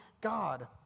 God